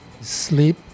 Sleep